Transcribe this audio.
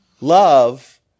love